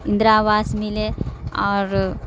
اندرا آواس ملے اور